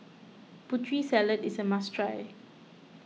Putri Salad is a must try